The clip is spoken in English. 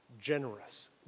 generous